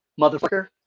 motherfucker